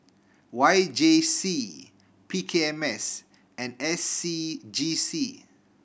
Y J C P K M S and S C G C